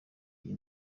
iyi